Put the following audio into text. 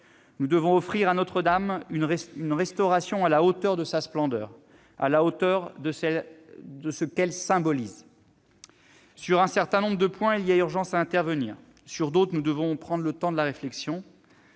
Nous devons offrir à Notre-Dame une restauration à la hauteur de sa splendeur, à la hauteur de ce qu'elle symbolise. Sur un certain nombre de points, il y a urgence à intervenir ; sur d'autres, nous devrons prendre le temps de la réflexion.